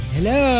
Hello